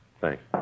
Thanks